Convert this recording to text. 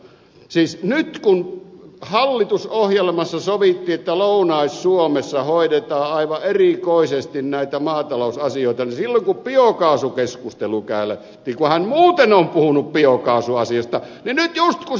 siis nyt kun hallitusohjelmassa sovittiin että lounais suomessa hoidetaan aivan erikoisesti näitä maatalousasioita niin silloin kun biokaasukeskustelu käytiin täällä ja kun hän muuten on puhunut biokaasuasiasta niin nyt just kun sitä olisi tarvittu niin ei mittää aivan hiljaa